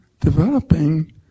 developing